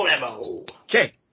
Okay